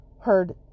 heard